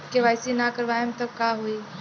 KYC ना करवाएम तब का होई?